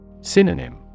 Synonym